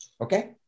Okay